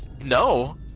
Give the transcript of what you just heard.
No